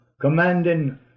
commanding